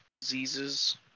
diseases